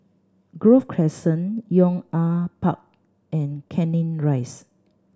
Grove Crescent Yong An Park and Canning Rise